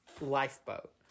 Lifeboat